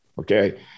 okay